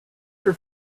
for